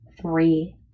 three